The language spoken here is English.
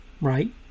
right